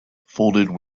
folded